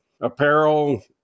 Apparel